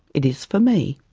it is for me.